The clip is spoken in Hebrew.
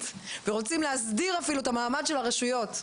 ורוצים להסדיר אפילו את המעמד של הרשויות,